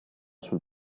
sul